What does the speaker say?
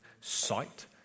sight